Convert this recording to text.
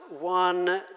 one